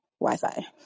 Wi-Fi